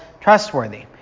trustworthy